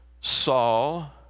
Saul